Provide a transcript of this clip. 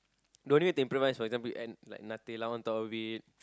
no need to improvise for example you add like Nutella on top of it